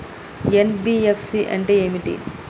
NBFC అంటే ఏమిటి?